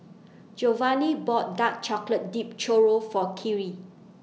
Jovani bought Dark Chocolate Dipped Churro For Kyree